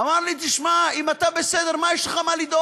אמר לי, תשמע, אם אתה בסדר, מה יש לך לדאוג?